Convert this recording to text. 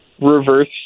reverse